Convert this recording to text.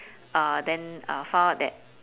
uh then uh found out that